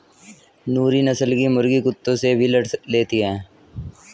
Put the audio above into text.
नूरी नस्ल की मुर्गी कुत्तों से भी लड़ लेती है